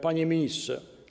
Panie Ministrze!